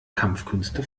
kampfkünste